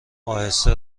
اهسته